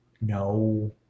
No